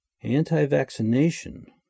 anti-vaccination